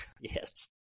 Yes